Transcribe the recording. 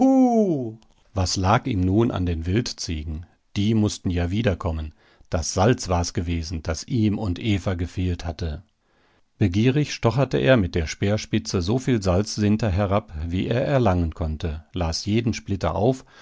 was lag ihm nun an den wildziegen die mußten ja wiederkommen das salz war's gewesen das ihm und eva gefehlt hatte begierig stocherte er mit der speerspitze so viel salzsinter herab wie er erlangen konnte las jeden splitter auf